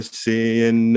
seeing